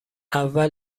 اول